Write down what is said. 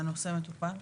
הנושא מטופל.